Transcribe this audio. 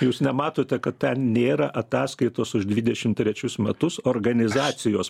jūs nematote kad ten nėra ataskaitos už dvidešimt trečius metus organizacijos